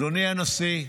אדוני הנשיא,